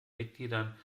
mitgliedern